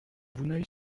vouneuil